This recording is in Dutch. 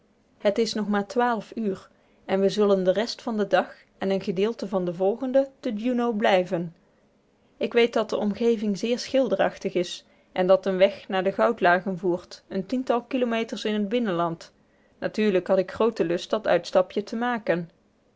het is nog maar twaalf uur en we zullen de rest van den dag en een gedeelte van den volgenden te juneau blijven ik weet dat de omgeving zeer schilderachtig is en dat een weg naar de goudlagen voert een tiental kilometers in het binnenland natuurlijk had ik grooten lust dat uitstapje te maken